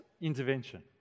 intervention